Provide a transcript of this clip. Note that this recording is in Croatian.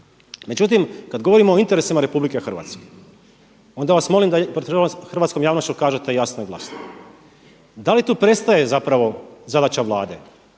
Međutim, kada govorimo o interesima Republike Hrvatske onda vas molim da pred hrvatskom javnošću kažete jasno i glasno da li tu prestaje zapravo zadaća Vlade.